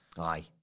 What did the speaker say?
Aye